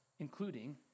including